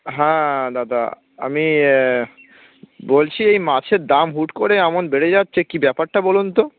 হ্যাঁ দাদা আমি বলছি এই মাছের দাম হুট করে এমন বেড়ে যাচ্ছে কী ব্যাপারটা বলুন তো